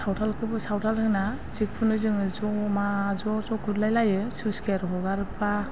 सावथालखौबो सावथाल होना जिखुनु जोङो जमा ज' ज' गुरलाय लायो स्लुइस गेट हगारोब्ला